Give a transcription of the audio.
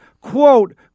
quote